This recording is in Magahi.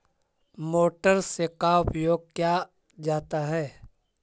मोटर से का उपयोग क्या जाता है?